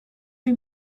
for